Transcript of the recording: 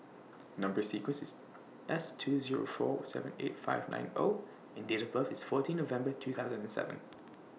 Number sequence IS S two Zero four seven eight five nine O and Date of birth IS fourteen November two thousand and seven